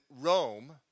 Rome